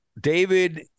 David